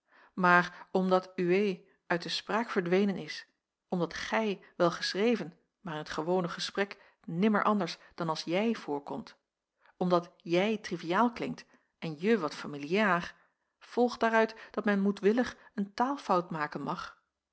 maar omdat uwee uit de spraak verdwenen is omdat gij wel geschreven maar in t gewone gesprek nimmer anders dan als jij voorkomt omdat jij triviaal klinkt en je wat familiaar volgt daaruit dat men moedwillig een taalfout maken mag